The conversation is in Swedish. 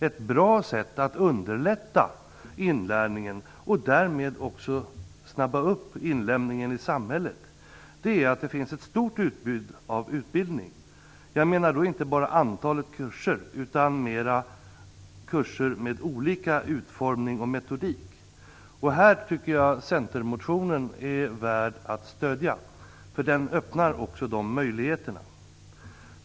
Ett bra sätt att underlätta inlärningen och därmed också snabba upp inlemmandet i samhället är att ha ett stort utbud av utbildning. Jag tänker då inte bara på antalet kurser utan snarare på kurser med olika utformning och metodik. Jag tycker att Centermotionen är värd att stödja, eftersom den öppnar sådana möjligheter.